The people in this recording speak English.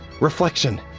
reflection